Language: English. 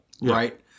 right